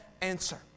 answer